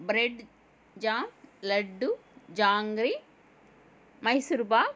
bread jam laddu jangri Mysore pak